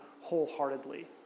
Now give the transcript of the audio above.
wholeheartedly